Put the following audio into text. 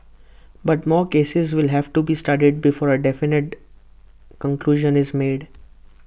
but more cases will have to be studied before A definite conclusion is made